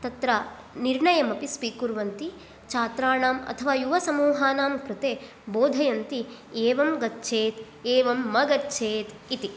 तत्र निर्णयमपि स्वीकुर्वन्ति छात्राणाम् अथवा युव समुहानां कृते बोधयन्ति एवं गच्छेत् एवं मा गच्छेत् इति